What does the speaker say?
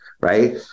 Right